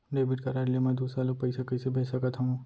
Debit card ले मैं दूसर ला पइसा कइसे भेज सकत हओं?